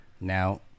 now